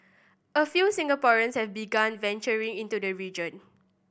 a few Singaporeans have begun venturing into the region